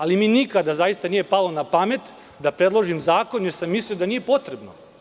Ali, zaista mi nikada nije palo na pamet da predložim zakon, jer sam mislio da nije potrebno.